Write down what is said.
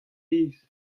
aes